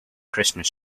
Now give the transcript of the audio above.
christmas